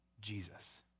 Jesus